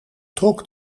trok